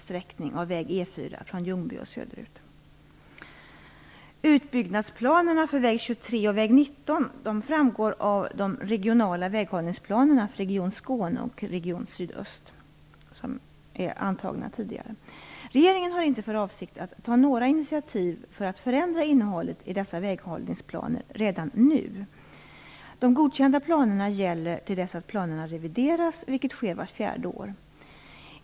Skåne och Region Sydöst som är antagna tidigare. Regeringen har inte för avsikt att ta några initiativ för att förändra innehållet i dessa väghållningsplaner redan nu. De godkända planerna gäller till dess att planerna revideras, vilket sker vart fjärde år.